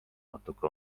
natuke